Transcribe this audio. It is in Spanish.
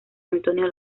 antonio